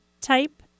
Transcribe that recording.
type